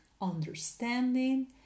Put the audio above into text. understanding